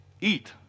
eat